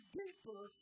deeper